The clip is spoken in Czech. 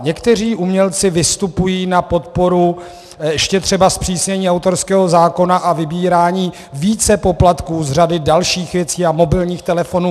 Někteří umělci vystupují na podporu ještě třeba zpřísnění autorského zákona a vybírání více poplatků z řady dalších věcí a mobilních telefonů.